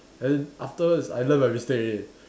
then afterwards I learn my mistake already